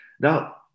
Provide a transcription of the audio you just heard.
Now